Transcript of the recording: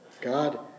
God